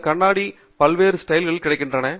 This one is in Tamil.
இந்த கண்ணாடி பல்வேறு பாணிகளில் கிடைக்கின்றன